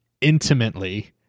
intimately